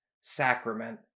sacrament